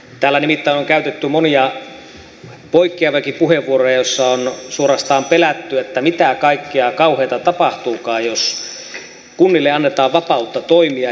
täällä nimittäin on käytetty monia poikkeaviakin puheenvuoroja joissa on suorastaan pelätty mitä kaikkea kauheata tapahtuukaan jos kunnille annetaan vapautta toimia